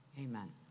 Amen